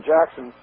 Jackson